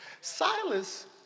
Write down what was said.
Silas